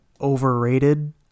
overrated